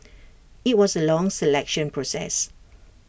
IT was A long selection process